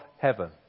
heaven